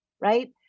right